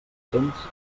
cents